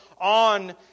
on